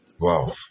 Wow